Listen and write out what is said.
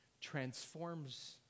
transforms